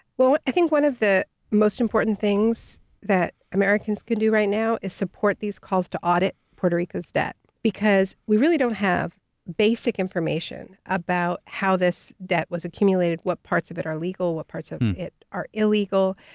well, i think one of the most important things that americans can do right now is support these calls to audit puerto rico's debt, because we really don't have basic information about how this debt was accumulated, what parts of it are legal, what parts of it are illegal.